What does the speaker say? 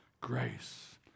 grace